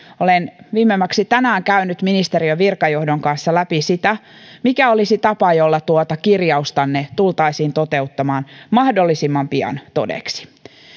olen viimeksi tänään käynyt ministeriön virkajohdon kanssa läpi sitä mikä olisi tapa jolla tuota kirjaustanne tultaisiin toteuttamaan mahdollisimman pian todeksi